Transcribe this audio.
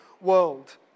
world